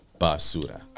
Basura